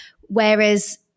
Whereas